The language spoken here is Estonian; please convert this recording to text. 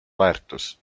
väärtus